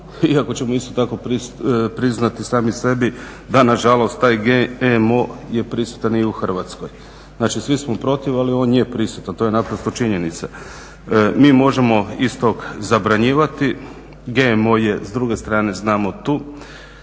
iako ćemo isto tako priznati sami sebi da nažalost taj GMO je prisutan i u Hrvatskoj. Znači, svi smo protiv ali on je prisutan, to je naprosto činjenica. Mi možemo iz toga zabranjivati, GMO je s druge strane znamo tu,